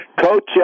Coach